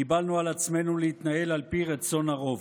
קיבלנו על עצמנו להתנהל על פי רצון הרוב.